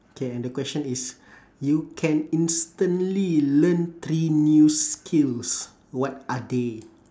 okay and the question is you can instantly learn three new skills what are they